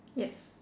yes